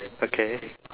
okay